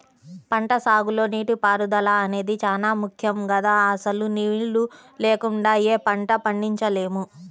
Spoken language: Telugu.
పంటసాగులో నీటిపారుదల అనేది చానా ముక్కెం గదా, అసలు నీళ్ళు లేకుండా యే పంటా పండించలేము